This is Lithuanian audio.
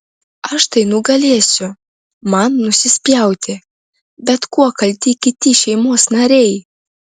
aš tai nugalėsiu man nusispjauti bet kuo kalti kiti šeimos nariai